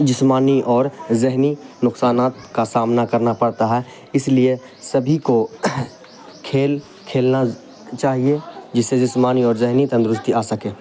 جسمانی اور ذہنی نقصانات کا سامنا کرنا پڑتا ہے اس لیے سبھی کو کھیل کھیلنا چاہیے جسے جسمانی اور ذہنی تندرستی آ سکے